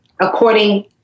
according